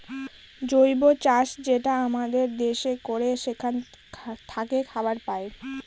জৈব চাষ যেটা আমাদের দেশে করে সেখান থাকে খাবার পায়